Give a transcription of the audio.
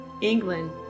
England